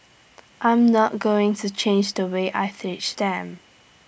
I'm not going to change the way I teach them